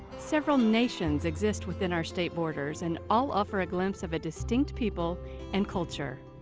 several nations exist within our state borders and all offer a glimpse of a distinct people and culture.